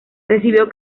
recibió